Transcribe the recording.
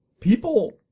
people